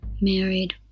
married